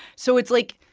so it's like,